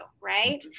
right